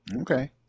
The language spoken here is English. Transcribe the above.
Okay